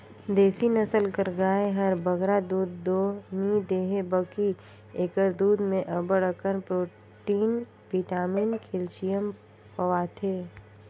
देसी नसल कर गाय हर बगरा दूद दो नी देहे बकि एकर दूद में अब्बड़ अकन प्रोटिन, बिटामिन, केल्सियम पवाथे